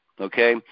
okay